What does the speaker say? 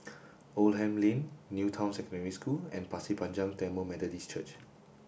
Oldham Lane New Town Secondary School and Pasir Panjang Tamil Methodist Church